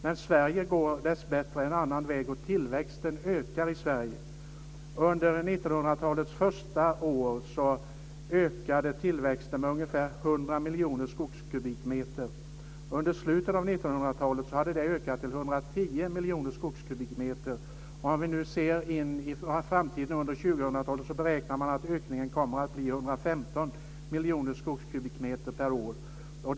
Men Sverige går dessbättre en annan väg. Tillväxten ökar i Sverige. Under 1900-talets första år ökade tillväxten med ungefär 100 miljoner skogskubikmeter. Under slutet av 1900-talet hade ökningen blivit 110 miljoner skogskubikmeter. Om vi ser in i framtiden, under 2000-talet, beräknar man att ökningen kommer att bli 115 miljoner skogskubikmeter per år.